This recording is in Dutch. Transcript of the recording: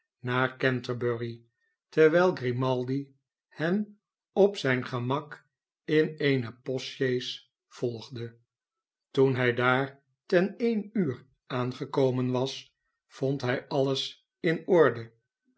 naar canterbury terwijl grimaldi hen op zijn gemak in eene post sjees volgde toen hij daar ten en uur aangekomen was vond hij alles in orde